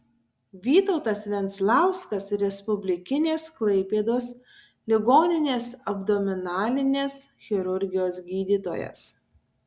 vytautas venclauskas respublikinės klaipėdos ligoninės abdominalinės chirurgijos gydytojas